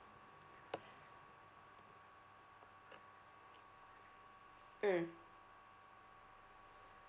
mm